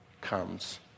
comes